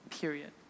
period